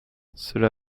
cela